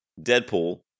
Deadpool